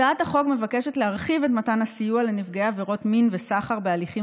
הצעת החוק מבקשת להרחיב את מתן הסיוע לנפגעי עבירות מין וסחר בהליכים